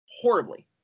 horribly